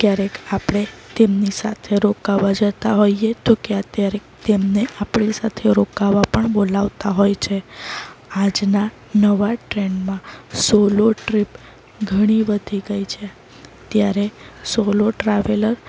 ક્યારેક આપણે તેમની સાથે રોકાવા જતા હોઈએ તો ક્યારેક તેમને આપણી સાથે રોકાવા પણ બોલાવતા હોય છે આજના નવા ટ્રેન્ડમાં સોલો ટ્રીપ ઘણી વધી ગઈ છે ત્યારે સોલો ટ્રાવેલર